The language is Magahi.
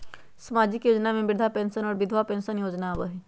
सामाजिक योजना में वृद्धा पेंसन और विधवा पेंसन योजना आबह ई?